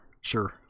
sure